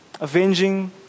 avenging